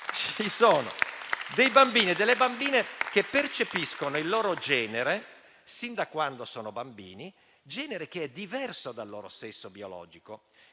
ci sono dei bambini e delle bambine che percepiscono il proprio genere fin da quando sono bambini; genere che è diverso dal loro sesso biologico.